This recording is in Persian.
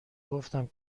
گفتم